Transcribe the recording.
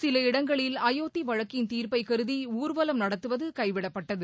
சில இடங்களில் அயோத்தி வழக்கின் தீர்ப்பை கருதி ஊர்வலம் நடத்துவது கைவிடப்பட்டது